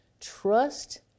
Trust